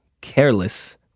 careless